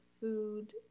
food